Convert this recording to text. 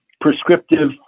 prescriptive